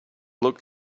look